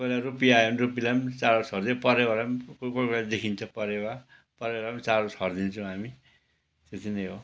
कोहीबेला रुप्पी आयो भने रुप्पीलाई पनि चारो छर्दियो परेवालाई पनि कोही कोही बेला देखिन्छ परेवा परेवालाई पनि चारो छरिदिन्छौँ हामी त्यति नै हो